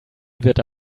wird